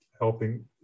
helping